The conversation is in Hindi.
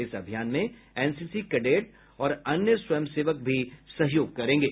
इस अभियान में एनसीसी कैडेट और अन्य स्वयं सेवक भी सहयोग करेंगे